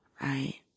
right